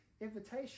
invitation